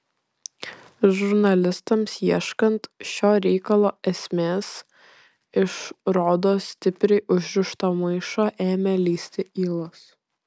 žurnalistams ieškant šio reikalo esmės iš rodos stipriai užrišto maišo ėmė lįsti ylos